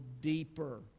deeper